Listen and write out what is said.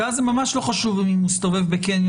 כי אז זה ממש לא חשוב אם הוא מסתובב בקניון